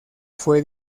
fue